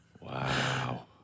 Wow